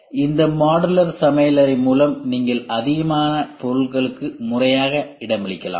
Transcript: எனவே இந்த மாடுலர் சமையலறை மூலம் நீங்கள் அதிகமான பொருட்களுக்கு முறையாக இடமளிக்கலாம்